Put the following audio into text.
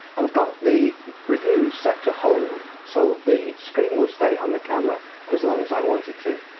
and i've got the review set to hold so the screen will stay on the camera as long as i want it to.